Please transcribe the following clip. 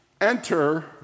enter